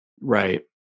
right